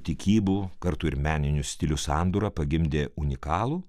tikybų kartu ir meninių stilių sandūra pagimdė unikalų